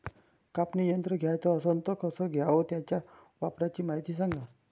कापनी यंत्र घ्याचं असन त कस घ्याव? त्याच्या वापराची मायती सांगा